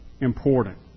important